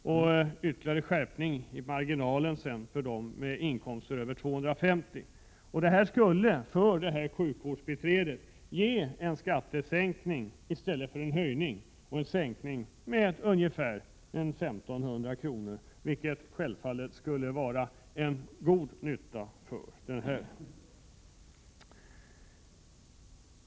Vi har också föreslagit ytterligare skärpning av marginalskatten för dem som har inkomster över 250 000 kr. För ett sjukvårdsbiträde skulle detta förslag innebära en skattesänkning på ungefär 1 500 kr. , vilket självfallet skulle vara till nytta för henne, i stället för en skattehöjning.